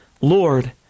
Lord